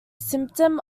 symptom